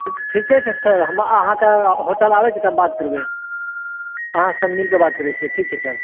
ठीके छै सर हम अहाँके होटल आबै छियै तऽ बात करबै अहाँ सऽ मिल कऽ बात करै छियै ठीक छै सर